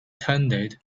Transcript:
tended